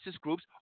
groups